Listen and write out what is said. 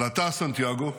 אבל אתה, סנטיאגו,